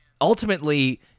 ultimately